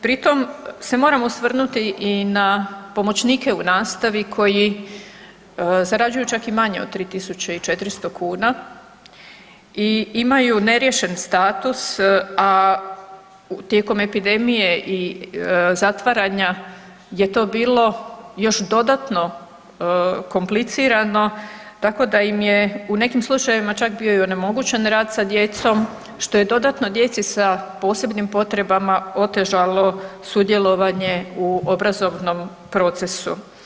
Pritom se moram osvrnuti i na pomoćnike u nastavi koji zarađuju čak i manje od 3.400 kuna i imaju neriješen status, a tijekom epidemije i zatvaranja je to bilo još dodatno komplicirano tako da im je u nekim slučajevima čak bio i onemogućen rad sa djecom što je dodatno djeci sa posebnim potrebama otežalo sudjelovanje u obrazovnom procesu.